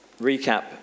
recap